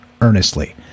earnestly